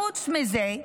חוץ מזה,